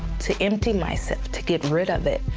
to empty myself. to get rid of it.